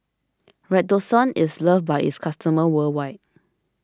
Redoxon is loved by its customers worldwide